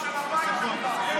בשביל החומה של הבית שלך.